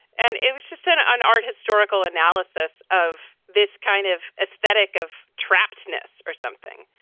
and it was just an on art historical analysis of this kind of aesthetic of trappe tennis or something,